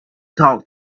talk